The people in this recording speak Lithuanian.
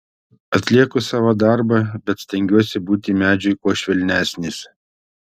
atlieku savo darbą bet stengiuosi būti medžiui kuo švelnesnis